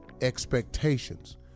expectations